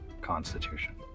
constitution